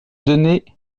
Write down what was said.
donner